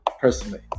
personally